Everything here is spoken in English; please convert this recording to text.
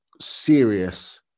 serious